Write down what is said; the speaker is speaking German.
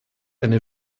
eine